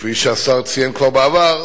כפי שהשר ציין כבר בעבר,